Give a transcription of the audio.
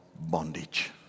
bondage